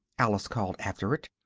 alice called after it,